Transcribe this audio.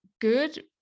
good